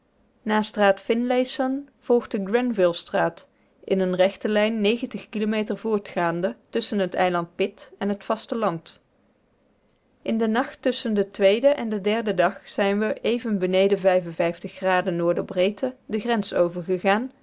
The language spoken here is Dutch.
straat finlayson volgt de grenville straat in eene rechte lijn kilometer voortgaande tusschen het eiland pitt en t vasteland in den nacht tusschen den tweeden en den derden dag zijn we even beneden n de grens over